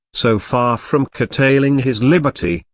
so far from curtailing his liberty,